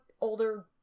older